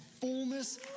fullness